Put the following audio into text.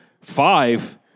Five